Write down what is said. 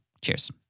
Cheers